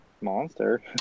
monster